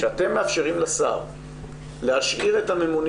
כשאתם מאפשרים לשר להשאיר את הממונים